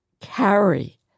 Carry